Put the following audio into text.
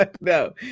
no